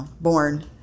born